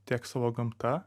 tiek savo gamta